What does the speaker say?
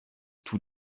tous